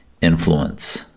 influence